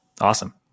Awesome